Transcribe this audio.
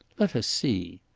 let us see.